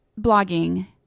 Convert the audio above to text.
blogging